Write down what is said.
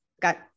Got